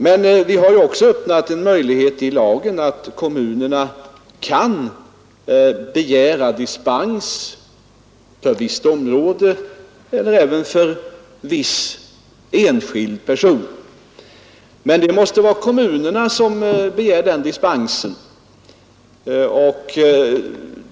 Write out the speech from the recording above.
Men genom lagen har också öppnats en möjlighet för kommunerna att begära dispens för visst område eller för viss enskild person. Kommunerna själva måste begära den dispensen.